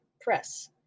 press